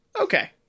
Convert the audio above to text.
Okay